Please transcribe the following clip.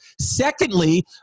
Secondly